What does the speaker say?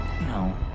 No